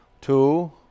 Two